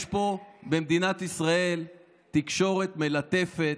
יש פה, במדינת ישראל תקשורת מלטפת,